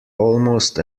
almost